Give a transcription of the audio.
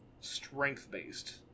strength-based